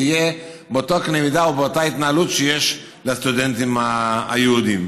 זה יהיה באותו קנה מידה ובאותה התנהלות שיש לסטודנטים היהודים.